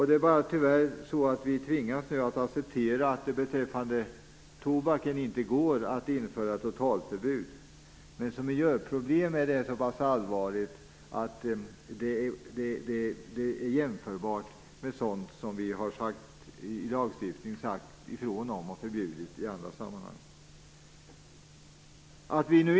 Det är tyvärr så att vi tvingas acceptera att det beträffande tobaken inte går att införa ett totalförbud, men som miljöproblem är det så pass allvarligt att det är jämförbart med sådant som vi i lagstiftning har sagt ifrån om och förbjudit i andra sammanhang.